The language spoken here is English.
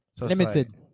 Limited